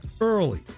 Early